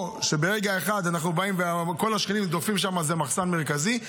או שברגע אחד אנחנו באים וכל השכנים דוחפים לשם כאילו זה מחסן מרכזי.